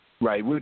Right